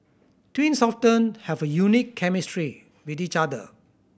twins often have a unique chemistry with each other